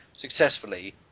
successfully